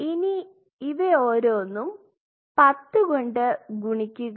ഇനി ഇവ ഓരോന്നും 10 കൊണ്ട് ഗുണിക്കുക